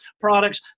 products